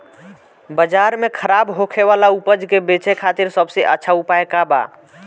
बाजार में खराब होखे वाला उपज के बेचे खातिर सबसे अच्छा उपाय का बा?